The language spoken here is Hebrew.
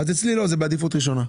אצלי זה בעדיפות ראשונה.